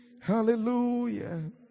Hallelujah